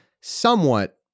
somewhat